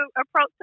approach